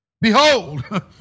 Behold